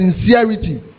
sincerity